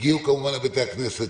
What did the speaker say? הגיעו כמובן לבתי הכנסת,